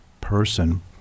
person